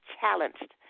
challenged